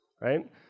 right